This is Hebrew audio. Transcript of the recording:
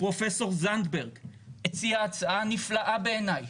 פרופ' זנדברג הציע הצעה נפלאה בעיניי.